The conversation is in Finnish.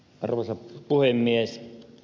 arvoisa puhemies